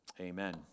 Amen